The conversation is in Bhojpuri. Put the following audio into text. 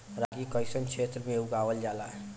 रागी कइसन क्षेत्र में उगावल जला?